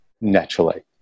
naturally